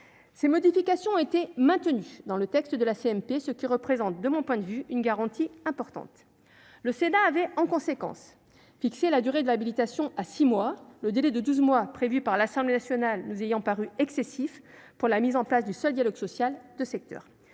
Ces modifications ont été maintenues dans le texte de la CMP, ce qui représente, de mon point de vue, une garantie importante. Le Sénat avait, en conséquence, fixé la durée de l'habilitation à six mois, le délai de douze mois prévu par l'Assemblée nationale nous ayant paru excessif pour la mise en place du seul dialogue social de secteur.